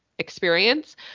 experience